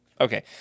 Okay